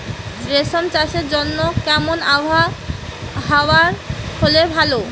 রেশম চাষের জন্য কেমন আবহাওয়া হাওয়া হলে ভালো?